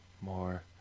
more